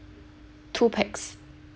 two pax